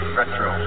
Retro